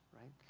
right